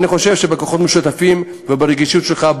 אני חושב שבכוחות משותפים וברגישות שלך,